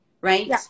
right